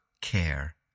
care